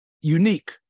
unique